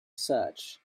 search